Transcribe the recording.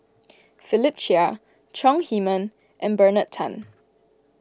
Philip Chia Chong Heman and Bernard Tan